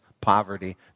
poverty